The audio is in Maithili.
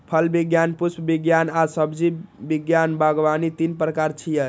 फल विज्ञान, पुष्प विज्ञान आ सब्जी विज्ञान बागवानी तीन प्रकार छियै